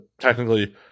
technically